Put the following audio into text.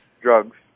drugs